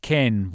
Ken